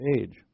age